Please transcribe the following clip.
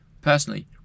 Personally